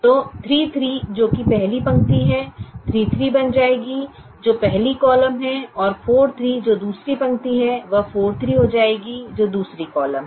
तो 33 जो कि पहली पंक्ति है 33 बन जाएगी जो पहली कॉलम है और 43 जो दूसरी पंक्ति है वह 43 हो जाएगी जो दूसरी कॉलम है